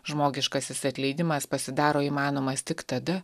žmogiškasis atleidimas pasidaro įmanomas tik tada